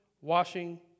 washing